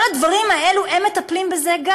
כל הדברים האלה, הם מטפלים גם בזה,